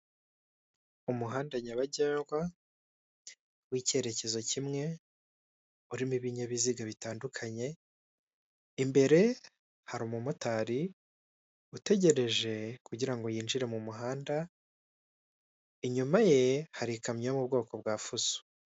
Umuhanda nyabagendwa w'icyerekezo kimwe urimo ibinyabiziga bitandukanye imbere hari umumotari utegereje kugira ngo yinjire mu muhanda, inyuma ye hari ikamyo yo mu bwoko bwa fuso.